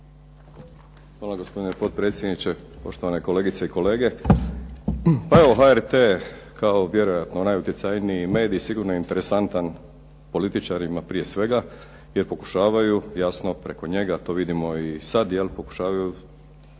Hvala. Gospodine potpredsjedniče, poštovane kolegice i kolege. Pa evo HRT kao vjerojatno najutjecajniji medij sigurno je interesantan političarima prije svega, jer pokušavaju jasno preko njega, to vidimo i sad, je li pokušavaju